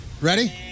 ready